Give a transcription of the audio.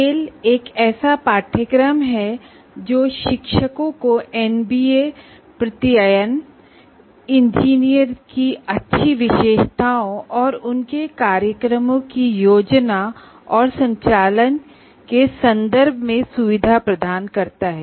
tell एक ऐसा पाठ्यक्रम है जो शिक्षकों को एनबीए एक्रेडिटेशन अच्छे इंजीनियर की विशेषताओं और उनके कोर्स की योजना और संचालन के बारे में बताता है